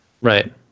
Right